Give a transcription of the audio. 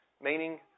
Meaning